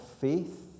faith